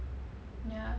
ya